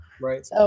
Right